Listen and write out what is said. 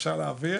אפשר להעביר.